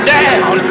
down